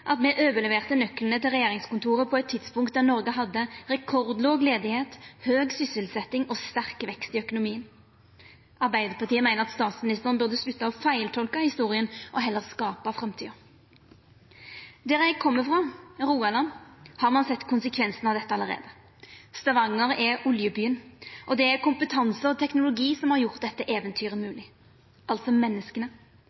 at me overleverte nøklane til regjeringskontora på eit tidspunkt då Noreg hadde rekordlåg arbeidsløyse, høg sysselsetjing og sterk vekst i økonomien. Arbeidarpartiet meiner at statsministeren burde slutta å feiltolka historia og heller skapa framtida. Der eg kjem frå, Rogaland, har ein sett konsekvensen av dette allereie. Stavanger er oljebyen, og det er kompetanse og teknologi som har gjort dette eventyret